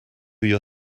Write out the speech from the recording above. your